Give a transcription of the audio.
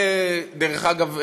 דרך אגב,